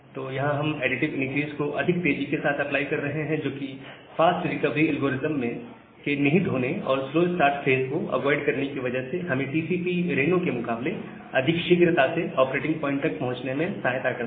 तो यहां हम एडिटिव इनक्रीस को अधिक तेजी के साथ अप्लाई कर रहे हैं जो कि फास्ट रिकवरी एल्गोरिथम के निहित होने और स्लो स्टार्ट फेज को अवॉइड करने की वजह से हमें टीसीपी रेनो के मुकाबले अधिक शीघ्रता से ऑपरेटिंग प्वाइंट तक पहुंचने में सहायता करता है